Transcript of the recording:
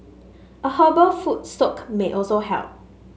a herbal foot soak may also help